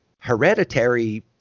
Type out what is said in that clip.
hereditary